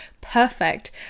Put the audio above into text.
perfect